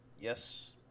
Yes